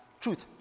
truth